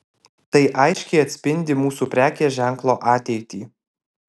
tai aiškiai atspindi mūsų prekės ženklo ateitį